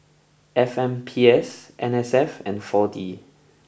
F M P S N S F and four D